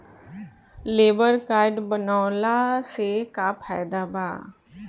Labour card बनवाला से का फायदा बा?